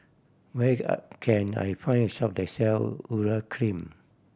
where can I find a shop that sell Urea Cream